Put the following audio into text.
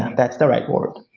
that's the right word.